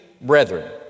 brethren